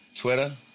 Twitter